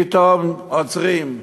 פתאום עוצרים.